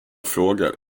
fågel